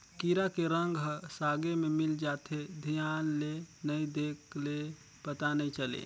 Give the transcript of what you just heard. कीरा के रंग ह सागे में मिल जाथे, धियान ले नइ देख ले पता नइ चले